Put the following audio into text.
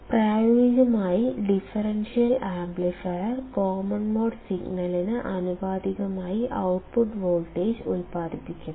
പ്രായോഗികമായി differential amplifier common mode സിഗ്നലിന് ആനുപാതികമായി ഔട്ട്പുട്ട് വോൾട്ടേജ് ഉൽപാദിപ്പിക്കുന്നു